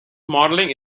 modelling